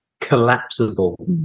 collapsible